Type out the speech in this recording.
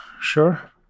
sure